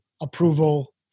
approval